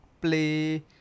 Play